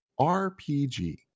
rpg